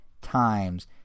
times